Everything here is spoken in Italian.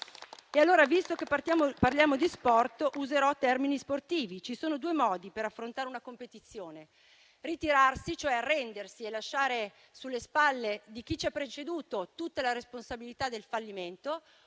Visto che parliamo di sport, userò termini sportivi. Ci sono due modi per affrontare una competizione: ritirarsi, cioè arrendersi e lasciare sulle spalle di chi ci ha preceduto tutta la responsabilità del fallimento,